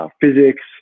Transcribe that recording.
Physics